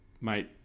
Mate